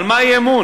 על מה האי-אמון?